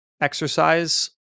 exercise